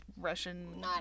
Russian